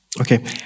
Okay